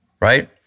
right